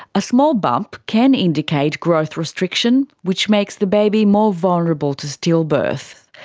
a small bump can indicate growth restriction, which makes the baby more vulnerable to stillbirth.